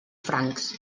francs